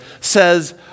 says